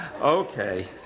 Okay